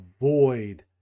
avoid